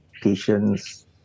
patients